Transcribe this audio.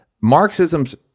Marxism's